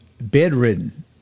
bedridden